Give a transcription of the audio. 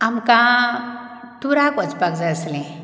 आमकां टुराक वचपाक जाय आसलें